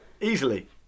Easily